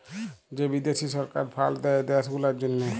যে বিদ্যাশি সরকার ফাল্ড দেয় দ্যাশ গুলার জ্যনহে